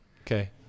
Okay